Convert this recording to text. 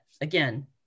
Again